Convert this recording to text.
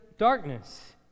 darkness